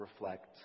reflect